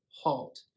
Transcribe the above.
halt